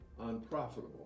unprofitable